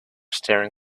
staring